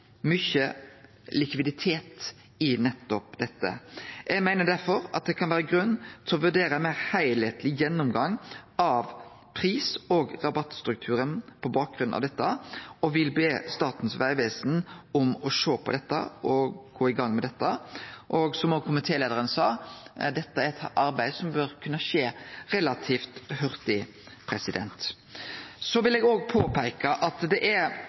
mykje likviditet i nettopp dette. Eg meiner derfor at det kan vere grunn til å vurdere ein meir heilskapleg gjennomgang av pris- og rabattstrukturen på bakgrunn av dette, og vil be Statens vegvesen om å sjå på og gå i gang med dette. Og som òg komitéleiaren sa, er dette et arbeid som bør kunne skje relativt hurtig. Så vil eg òg påpeike at det er